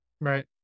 Right